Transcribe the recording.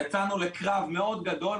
יצאנו לקרב גדול מאוד.